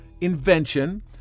invention